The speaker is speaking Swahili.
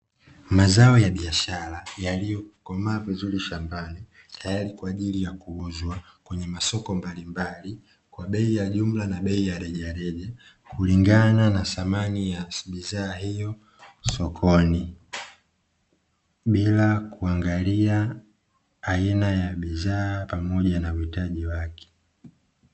Mazao ya biashara yaliyokomaa vizuri shambani tayari kwa ajili ya kuuzwa kwenye masoko mbalimbali kwa bei ya jumla na bei ya rejareja. Kulingana na thamani ya bidhaa hiyo sokoni, bila kuangalia aina ya bidhaa pamoja na uhitaji wake.